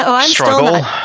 struggle